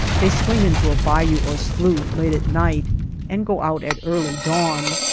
they swing into a bayou or slough late at night and go out at early dawn.